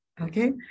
Okay